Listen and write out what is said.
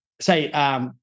say